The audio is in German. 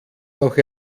noch